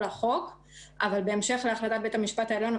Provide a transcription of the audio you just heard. החוק אבל בהמשך להחלטת בית המשפט העליון,